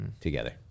together